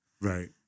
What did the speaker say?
right